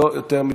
לא יותר מדקה.